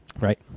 Right